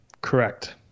Correct